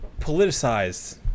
politicized